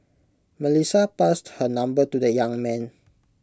Melissa passed her number to the young man